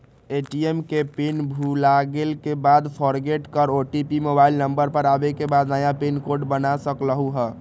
ATM के pin भुलागेल के बाद फोरगेट कर ओ.टी.पी मोबाइल नंबर पर आवे के बाद नया पिन कोड बना सकलहु ह?